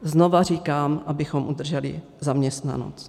Znova říkám abychom udrželi zaměstnanost.